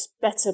better